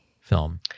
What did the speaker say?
film